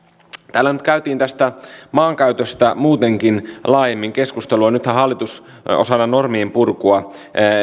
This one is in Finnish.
täällä käytiin maankäytöstä muutenkin laajemmin keskustelua nythän hallitus osana normien purkua